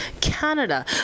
Canada